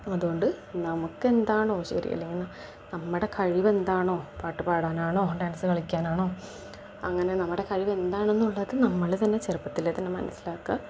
അതുകൊണ്ട് നമുക്കെന്താണോ ശരി അല്ലെങ്കിൽ നമ്മുടെ കഴിവെന്താണോ പാട്ടു പാടാനാണോ ഡാൻസ് കളിക്കാനാണോ അങ്ങനെ നമ്മുടെ കഴിവെന്താണെന്നുള്ളത് നമ്മൾ തന്നെ ചെറുപ്പത്തിലെ തന്നെ മനസ്സിലാക്കുക